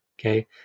Okay